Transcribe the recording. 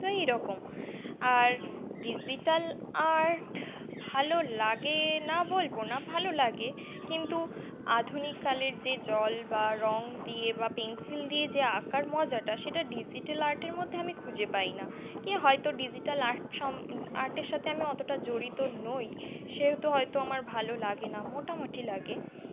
তো এই রকম আর ডিজিটাল আর্ট ভালো লাগে না বলবো না ভালো লাগে কিন্তু আধুনিককালের যে জল বা রঙ দিয়ে বা পেন্সিল দিয়ে যে আঁকার মজাটা সেটা ডিজিটাল আর্টের মধ্যে আমি খুঁজে পাই না ক হয়তো ডিজিটাল আর্ট সম আর্টের সাথে আমি অতটা জড়িত নই সেহেতু হয়তো আমার ভালো লাগে না মোটামুটি লাগে